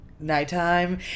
Nighttime